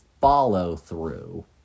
follow-through